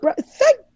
thank